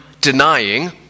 denying